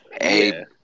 Hey